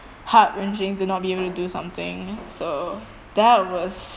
heart-wrenching to not be able to do something so that was